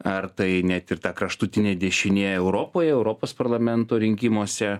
ar tai net ir ta kraštutinė dešinė europoj europos parlamento rinkimuose